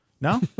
no